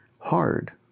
hard